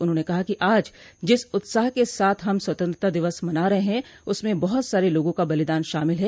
उन्होंने कहा कि आज जिस उत्साह के साथ हम स्वतंत्रता दिवस मना रहे हैं उसमें बहुत सारे लोगों का बलिदान शामिल है